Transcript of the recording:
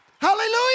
Hallelujah